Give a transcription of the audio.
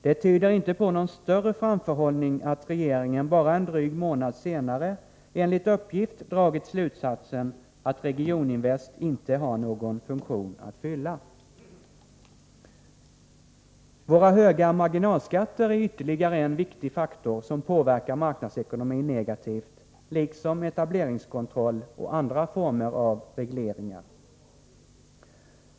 Det tyder inte på någon större framförhållning att regeringen, bara en dryg månad senare, enligt uppgift dragit slutsatsen att Regioninvest inte har någon funktion att fylla. Våra höga marginalskatter är ytterligare en viktig faktor som påverkar marknadsekonomin negativt, liksom etableringskontroll och andra former av regleringar.